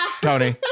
Tony